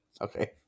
okay